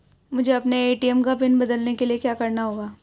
मुझे अपने ए.टी.एम का पिन बदलने के लिए क्या करना होगा?